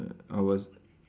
I was